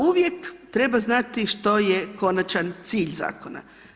Uvijek treba znati što je konačan cilj ovog zakona.